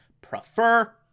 prefer